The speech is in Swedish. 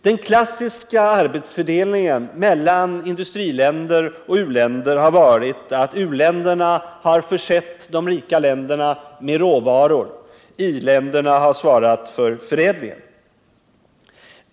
Den klassiska arbetsfördelningen mellan i-länder och u-länder har varit att u-länderna har försett de rika länderna med råvaror. I-länderna har svarat för förädlingen.